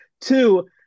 Two